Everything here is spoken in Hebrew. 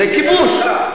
זה כיבוש.